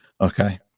Okay